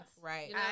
Right